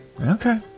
Okay